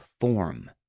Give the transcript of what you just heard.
form